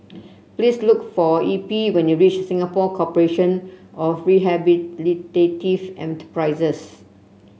please look for Eppie when you reach Singapore Corporation of Rehabilitative Enterprises